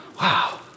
Wow